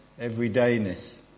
everydayness